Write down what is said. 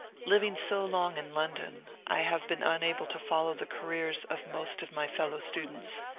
living so long in london, i have been unable to follow the careers of most of my fellow-students.